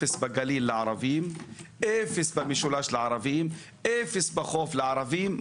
0 בגליל לערים, 0 במשולש לערבים, 0 בחוף לערבים.